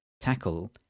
tackle